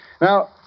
Now